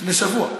לפני שבוע.